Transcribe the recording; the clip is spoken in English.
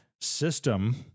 system